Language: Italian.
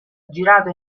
girato